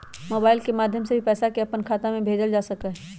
mobile के माध्यम से भी पैसा के अपन खाता में भेजल जा सका हई